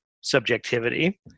subjectivity